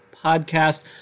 podcast